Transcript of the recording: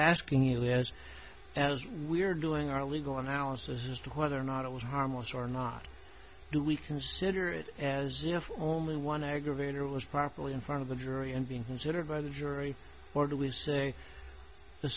asking you is as we're doing our legal analysis as to whether or not it was harmless or not do we consider it as if only one aggravator was properly in front of the jury and being considered by the jury or do we say the